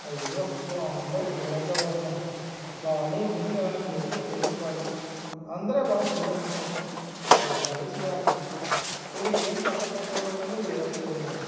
ಅಯ್ಯಪ್ಪೋ ಅವ್ನದ್ರೆ ಕೇಳೋಕ್ ಹೋಬಾಡ್ದು ನಾವು ಬಾಲಿಂಗ್ ಹಿಂಗೆ ಪೇಕು ಪೇಕು ಬಾಲಿಂಗ್ ಅಂದರೆ ಬಾಲ್ ಸೀದ ಹಾಕೋದ್ ಎರ್ರಾಬ್ಬಿ ಸೀದಾ ಹಾಕೋದ್ ಇವ್ರಿಗೆ ಏನು ಟಕ್ಕ ಪಡ್ತವ್ಬೇಕಂದರೆ ವಿರಾಟ್ ಕೊಹ್ಲಿನೇ ಅವ